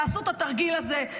תעשו את התרגיל הזה,